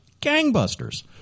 gangbusters